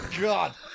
god